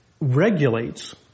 regulates